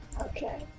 Okay